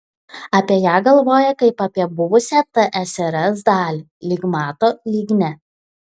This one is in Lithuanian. apie ją galvoja kaip apie buvusią tsrs dalį lyg mato lyg ne